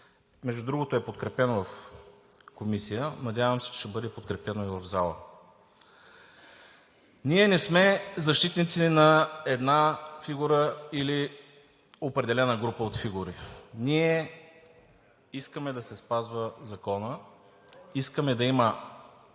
Между другото, е подкрепено в Комисията. Надявам се, че ще бъде подкрепено и в залата. Ние не сме защитници на една фигура или определена група от фигури. Ние искаме да се спазва Законът, искаме да има